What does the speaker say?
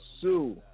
sue